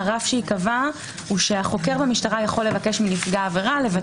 הוויכוח שהיה עכשיו הוא לגבי מקרים שבהם אין